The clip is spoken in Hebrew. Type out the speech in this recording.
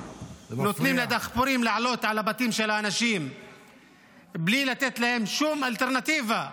נותנים לדחפורים לעלות על הבתים של האנשים בלי לתת להם שום אלטרנטיבה.